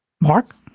Mark